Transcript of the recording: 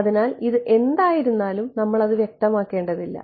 അതിനാൽ അത് എന്തായിരുന്നാലും നമ്മൾ അത് വ്യക്തമാക്കേണ്ടതില്ല